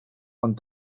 ond